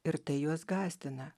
ir tai juos gąsdina